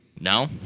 No